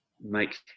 make